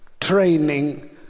training